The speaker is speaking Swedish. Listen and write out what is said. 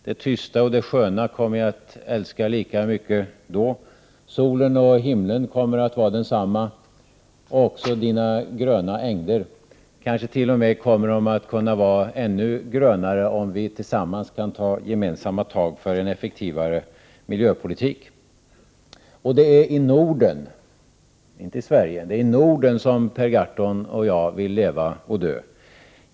Det tysta och det sköna kommer jag då att älska lika mycket. Solen och himlen kommer att vara desamma liksom dina gröna ängder — de kommer kanske t.o.m. att kunna vara ännu grönare om vi tillsammans kan ta gemensamma tag för en effektivare miljöpolitik. Det är i Norden, inte i Sverige, som Per Gahrton och jag vill leva och dö.